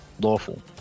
lawful